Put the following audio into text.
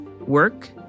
Work